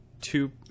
two